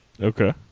Okay